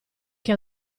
che